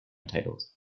titles